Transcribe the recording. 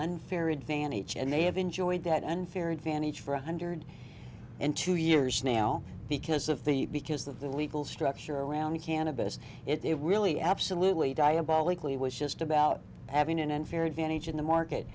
unfair advantage and they have enjoyed that unfair advantage for one hundred and two years now because of the because of the legal structure around the cannabis it really absolutely diabolically was just about having an unfair advantage in the market